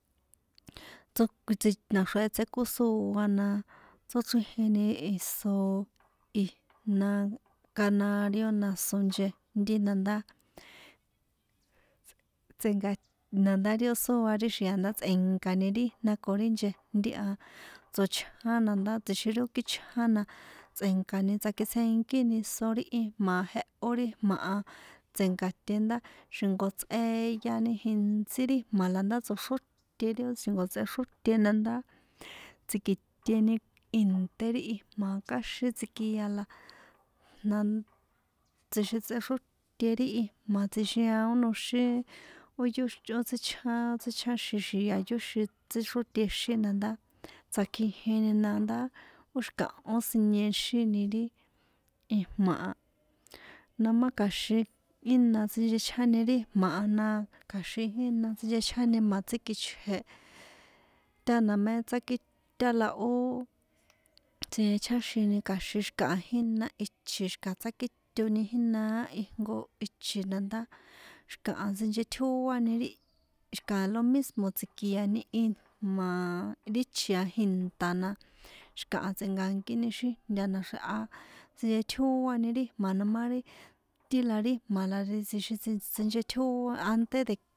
Tsó kui naxrea tsekósoa na tsóchriji iso ijna canario na so nchejnti na ndá tsenka nda ri ó sóa ri xia na ndá tsenkan ri jna ko ri nchejntí a tsochján na ndá tsjixin ri ó kíchján na tsꞌe̱nkani tsakitsjenkíni iso ri jma̱ a jehó ri jma̱ a tse̱nkaṭe ndá xi̱nko tsꞌeani jintsí ri jma̱ la ndá tsoxróte xi̱jnko tsexróte na ndá tsi̱kiṭeni ìntéri ijma̱ káxin tsikia la na tsjixin tsexróte ri ijma̱ a tsixijia ó noxín ó yo xó tsíchjáxin tsíchj ri xia yóxin tsíxrótexin na ndá tsakjijini na ndá ó xi̱kahó siniexini ri ijma̱ a noma kja̱xin ina sinchechjáni ri ijma̱ a kja̱xin jina sinchechjáni jma̱ tsíkichje tána mé tsaki ta la ó tsichjaxini kja̱xin xi̱kaha jína ichi̱ xi̱kaha tsákíto jínaá ijnko ichi̱ na ndá xi̱kaha sinchetjóani ri xi̱ka lo mismo tsi̱kiani ijma̱ ri chi̱ a jinta na xi̱kaha tse̱nka̱nkíni xíjna naxrjeha sinchentjóani ri jma̱ noma ri tíla ri ijma̱ la ri tsjixin tsin tsinchetjóa ante. Mé yóxin tsochjáxin porque ri jehó ri ìnté la ixi intakuá tsꞌetjia méxra̱ senó jehó ri lenteja ndá nako ntsí ri ìnte na hasta tsjixijan ndá tsii̱kiṭe íntsí mé tsochónta yóxin inte ri ijma̱ ndá kixin tjaka tji̱xéhe̱n ri jìnte ri ijma̱ a.